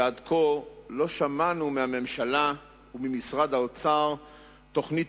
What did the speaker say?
ועד כה לא שמענו מהממשלה וממשרד האוצר תוכנית